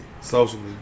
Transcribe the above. Socially